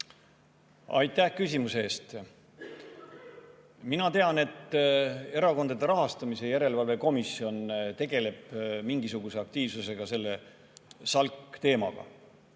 Aitäh küsimuse eest! Mina tean, et Erakondade Rahastamise Järelevalve Komisjon tegeleb mingisuguse aktiivsusega selle SALK-i teemaga.